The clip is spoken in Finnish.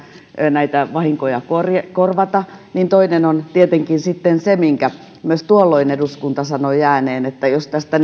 näitä vahinkoja korvata korvata niin tietenkin sitten se minkä myös tuolloin eduskunta sanoi ääneen että jos tästä